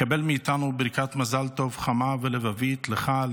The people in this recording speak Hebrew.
קבל מאיתנו ברכת מזל טוב חמה ולבבית לך,